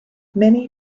many